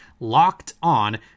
LOCKEDON